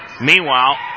Meanwhile